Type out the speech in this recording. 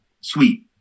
Sweet